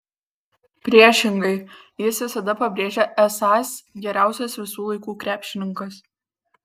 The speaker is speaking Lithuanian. priešingai jis visada pabrėžia esąs geriausias visų laikų krepšininkas